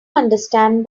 understand